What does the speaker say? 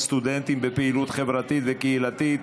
בקריאה הראשונה ותועבר לדיון בוועדת הפנים והגנת הסביבה.